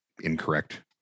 incorrect